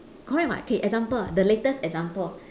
correct [what] k example the latest example